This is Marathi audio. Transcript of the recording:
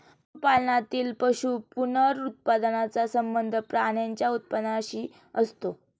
पशुपालनातील पशु पुनरुत्पादनाचा संबंध प्राण्यांच्या उत्पादनाशी असतो